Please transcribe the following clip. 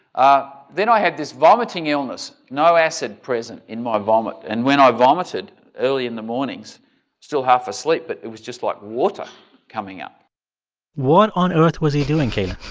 ah then i had this vomiting illness no acid present in my vomit. and when ah i vomited early in the mornings still half asleep but it was just, like, water coming up what on earth was he doing, cailin?